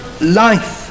life